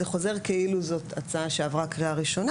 זה חוזר לוועדה כאילו זאת הצעה שעברה קריאה ראשונה,